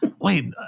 wait